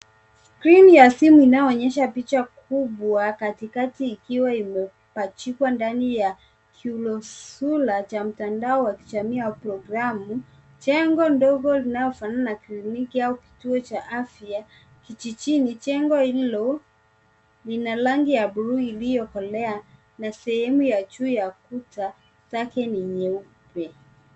Skrini ya simu inayoonyesha picha kubwa katikati ikiwa imepachikwa ndani ya kionasura cha mtandao wa kijamii au programu. Jengo ndogo linaofanana na kliniki au kituo cha afya kijijini. Jengo hilo lina rangi ya bluu iliyokolea na sehemu ya juu ya kuta zake ni nyeupe.